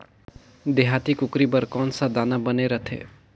देहाती कुकरी बर कौन सा दाना बने रथे?